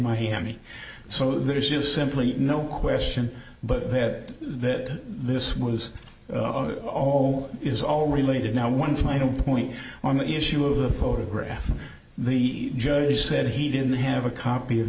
miami so there is just simply no question but that that this was all is all related now one final point on the issue of the photograph the judge said he didn't have a copy of